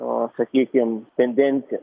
a sakykim tendencijas